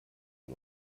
ein